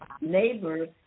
neighbors